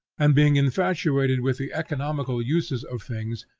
and being infatuated with the economical uses of things,